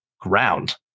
ground